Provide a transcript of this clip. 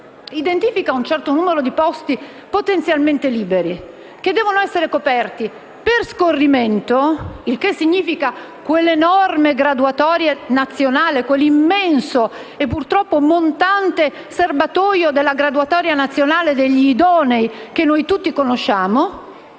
identifica un certo numero di posti potenzialmente liberi, che devono essere coperti per scorrimento, il che significa quell'enorme graduatoria nazionale, quell'immenso e purtroppo montante serbatoio della graduatoria nazionale degli idonei, che noi tutti conosciamo,